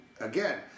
again